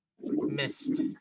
Missed